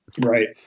Right